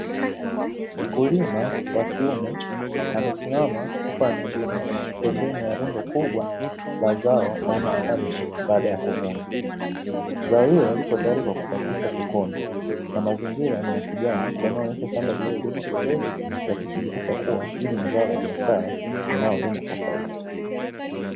Mkulima wa kiume amesimama huku ameegemea pembeni ya rundo kubwa la zao aina ya kabeji baada ya kuvuna. Zao hilo lipo tayari kwa kusafirishwa sokoni, na mazingira ni ya kijani yanayoonyesha shamba lililolimwa vizuri, yakithibitisha kuwa hili ni zao la biashara linalolimwa kwa faida.